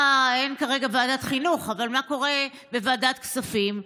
אין כרגע ועדת חינוך, אבל מה קורה בוועדת הכספים?